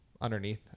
underneath